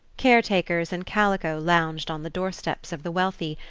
care-takers in calico lounged on the door-steps of the wealthy,